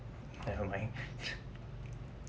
never mind